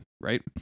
right